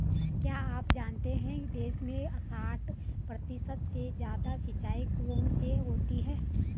क्या आप जानते है देश में साठ प्रतिशत से ज़्यादा सिंचाई कुओं से होती है?